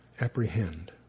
apprehend